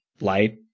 light